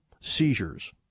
seizures